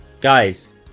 guys